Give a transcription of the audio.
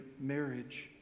marriage